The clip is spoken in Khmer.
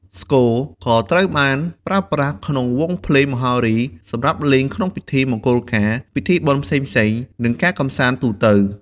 ស្គរក៏ត្រូវបានប្រើប្រាស់ក្នុងវង់ភ្លេងមហោរី សម្រាប់លេងក្នុងពិធីមង្គលការ ពិធីបុណ្យផ្សេងៗ និងការកម្សាន្តទូទៅ។